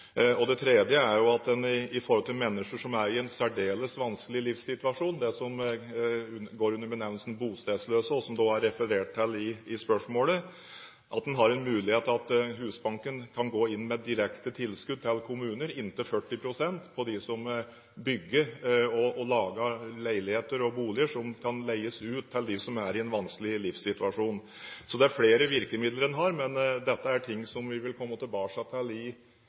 tredje gjelder mennesker som er i en særdeles vanskelig livssituasjon, de som går under benevnelsen bostedsløse, som det også er referert til i spørsmålet. Husbanken har mulighet til å gå inn med direkte tilskudd på inntil 40 pst. til kommuner som bygger leiligheter og boliger som kan leies ut til dem som er i en vanskelig livssituasjon. Så det er flere virkemidler en har, men dette er ting som vi vil komme tilbake til i